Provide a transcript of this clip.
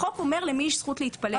החוק אומר למי יש זכות להתפלג.